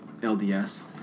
LDS